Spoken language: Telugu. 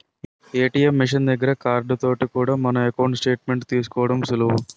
ఏ.టి.ఎం మిషన్ దగ్గర కార్డు తోటి కూడా మన ఎకౌంటు స్టేట్ మెంట్ తీసుకోవడం సులువు